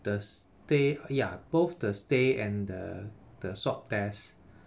the stay ya both the stay and the the swab test